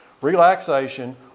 relaxation